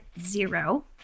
zero